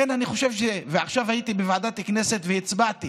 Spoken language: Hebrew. עכשיו הייתי בוועדת הכנסת והצבעתי